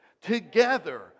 Together